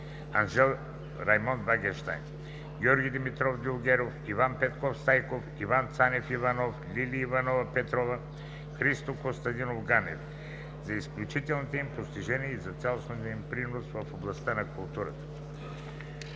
Анжел Раймонд Вагенщайн Георги Димитров Дюлгеров Иван Петков Стайков Иван Цанев Иванов Лили Иванова Петрова Христо Костадинов Ганев за изключителните им постижения и за цялостния им принос в областта на културата;